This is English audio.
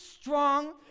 strong